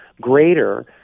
greater